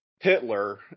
Hitler